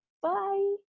Bye